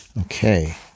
okay